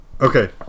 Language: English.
okay